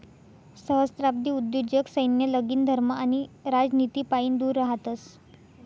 सहस्त्राब्दी उद्योजक सैन्य, लगीन, धर्म आणि राजनितीपाईन दूर रहातस